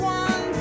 one